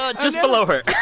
ah just below her